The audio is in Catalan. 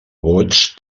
vots